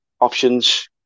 options